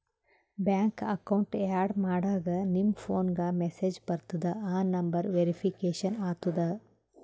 bank account add ಮಾಡಾಗ್ ನಿಮ್ ಫೋನ್ಗ ಮೆಸೇಜ್ ಬರ್ತುದ್ ಆ ನಂಬರ್ ವೇರಿಫಿಕೇಷನ್ ಆತುದ್